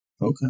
Okay